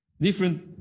different